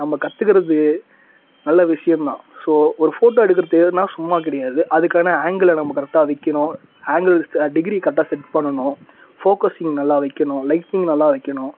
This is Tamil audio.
நம்ம கற்றுக்கறது நல்ல விஷயந்தான் ஸோ ஒரு ஃபோட்டோ எடுக்கிறதுனா சும்மா கிடையாது அதுக்கான ஆங்கிளை நம்ம கரெக்டா வைக்கணும் ஆங்கிளை ச டிகிரி கரெக்டாக செட் பண்ணணும் ஃபோகஸ்ஸிங் நல்லா வைக்கணும் லைட்னிங் நல்லா வைக்கணும்